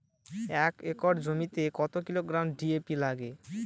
এক একর জমিতে কত কিলোগ্রাম ডি.এ.পি লাগে?